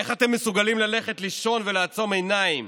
איך אתם מסוגלים ללכת לישון ולעצום עיניים